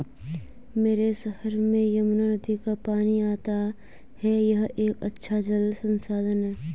मेरे शहर में यमुना नदी का पानी आता है यह एक अच्छा जल संसाधन है